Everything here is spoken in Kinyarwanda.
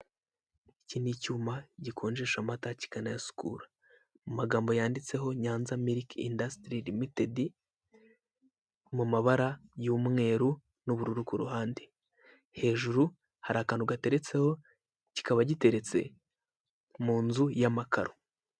Iki ni icyuma gikonjesha amata kikanayasukura, amagambo yanditseho Nyanza miliki indasitiri limitedi mu mabara y'umweru n'ubururu ku ruhande. Hejuru hari akantu gateretseho, kikaba giteretse mu nzu y'amakaro.